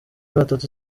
batatu